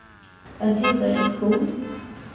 ᱟᱹᱰᱤ ᱵᱟᱹᱲᱤᱡ ᱠᱚ